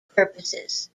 purposes